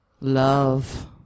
love